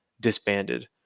disbanded